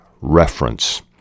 reference